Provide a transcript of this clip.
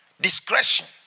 discretion